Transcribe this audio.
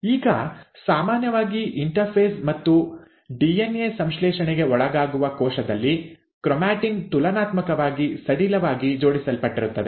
ಈಗ ಸಾಮಾನ್ಯವಾಗಿ ಇಂಟರ್ಫೇಸ್ ಮತ್ತು ಡಿಎನ್ಎ ಸಂಶ್ಲೇಷಣೆಗೆ ಒಳಗಾಗುವ ಕೋಶದಲ್ಲಿ ಕ್ರೋಮ್ಯಾಟಿನ್ ತುಲನಾತ್ಮಕವಾಗಿ ಸಡಿಲವಾಗಿ ಜೋಡಿಸಲ್ಪಟ್ಟಿರುತ್ತದೆ